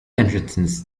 entrances